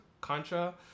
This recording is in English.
Contra